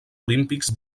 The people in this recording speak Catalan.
olímpics